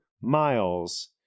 miles